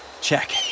Check